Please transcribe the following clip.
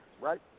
right